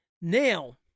Now